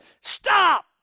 Stop